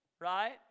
Right